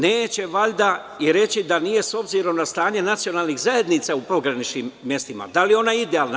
Neće valjda negirati i reći da nije, s obzirom na stanje nacionalnih zajednica u pograničnim mestima, da li je ona idealna.